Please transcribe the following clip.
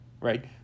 right